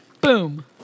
Boom